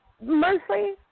Mostly